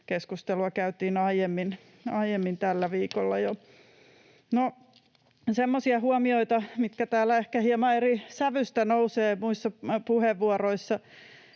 keskustelua aiemmin tällä viikolla jo. No, semmoisia huomioita, jotka täällä ehkä hieman eri sävyistä nousevat muissa puheenvuoroissa